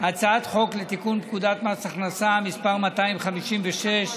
הצעת חוק לתיקון פקודת מס הכנסה (מס' 256),